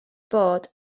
bod